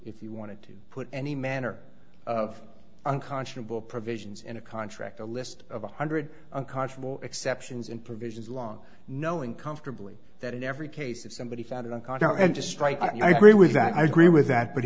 if you wanted to put any manner of unconscionable provisions in a contract a list of one hundred unconscionable exceptions and provisions long knowing comfortably that in every case of somebody found in a condo and just right i agree with that i agree with that but